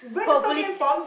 hopefully